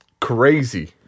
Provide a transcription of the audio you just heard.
crazy